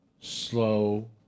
slow